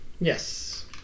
yes